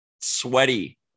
sweaty